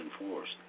enforced